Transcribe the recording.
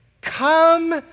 come